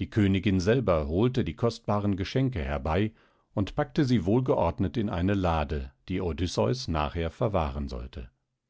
die königin selber holte die kostbaren geschenke herbei und packte sie wohlgeordnet in eine lade die odysseus nachher verwahren sollte